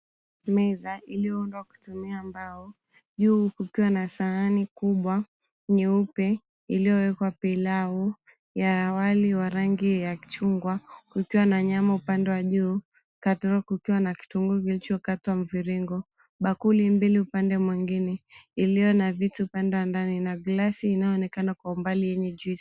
Meza iliyoundwa kutumia mbao juu kukiwa na sahani kubwa nyeupe iliyowekwa pilau ya wali wa rangi ya chungwa ukiwa na nyama upande wa juu kando kukiwa na kitunguu kilichokatwa mviringo, bakuli mbili upande mwingine iliyo na vitu upande wa ndani na glasi inayoonkana kwa mbali yenye juisi .